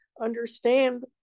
understand